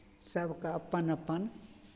सभके अपन अपन